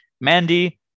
Mandy